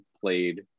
played